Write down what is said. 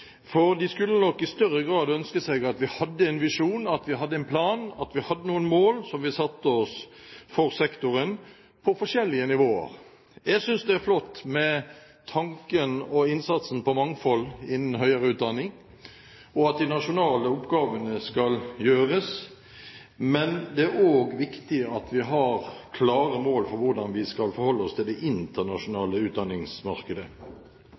for de skulle nok i større grad ønske seg at vi hadde en visjon, at vi hadde en plan, at vi hadde noen mål som vi satte oss for sektoren på forskjellige nivåer. Jeg synes det er flott med tanken om og innsatsen på mangfold innenfor høyere utdanning, og at de nasjonale oppgavene skal gjøres. Men det er også viktig at vi har klare mål for hvordan vi skal forholde oss til det internasjonale utdanningsmarkedet.